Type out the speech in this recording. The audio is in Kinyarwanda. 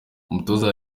umutoza